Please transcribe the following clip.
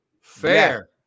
Fair